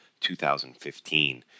2015